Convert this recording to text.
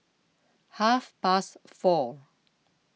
half past four